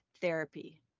therapy